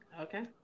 Okay